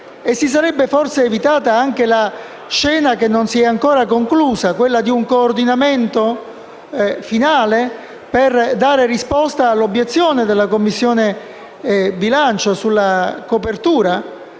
e si sarebbe forse evitata anche la scena, che non si è ancora conclusa, di un coordinamento finale, per dare risposta all'obiezione della Commissione bilancio sulla copertura